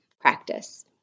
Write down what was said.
practice